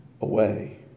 away